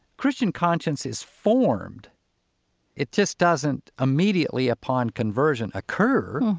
christian conscience is formed it just doesn't immediately, upon conversion, occur.